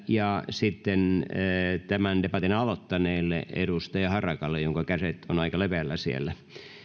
ja sitten tämän debatin aloittaneelle edustaja harakalle jonka kädet ovat aika leveällä siellä